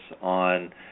on